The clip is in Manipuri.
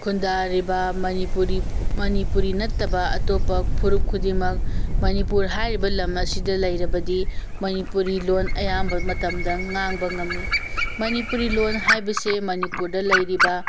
ꯈꯨꯟꯗꯥꯔꯤꯕ ꯃꯅꯤꯄꯨꯔꯤ ꯃꯅꯤꯄꯨꯔꯤ ꯅꯠꯇꯕ ꯑꯇꯣꯞꯄ ꯐꯨꯔꯨꯞ ꯈꯨꯗꯤꯡꯃꯛ ꯃꯅꯤꯄꯨꯔ ꯍꯥꯏꯔꯤꯕ ꯂꯝ ꯑꯍꯤꯗ ꯂꯤꯔꯕꯗꯤ ꯃꯅꯤꯄꯨꯔꯤ ꯂꯣꯟ ꯑꯌꯥꯝꯕ ꯃꯇꯝꯗ ꯉꯥꯡꯕ ꯉꯝꯃꯤ ꯃꯅꯤꯄꯨꯔꯤ ꯂꯣꯟ ꯍꯥꯏꯕꯁꯤ ꯃꯅꯤꯄꯨꯔꯗ ꯂꯩꯔꯤꯕ